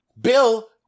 bill